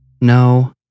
No